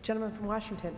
general of washington